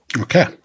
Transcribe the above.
okay